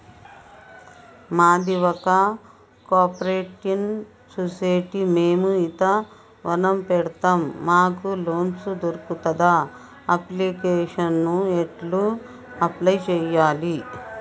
మాది ఒక cooperative society మేము ఈత వనం పెడతం మాకు లోన్ దొర్కుతదా? అప్లికేషన్లను ఎట్ల అప్లయ్ చేయాలే?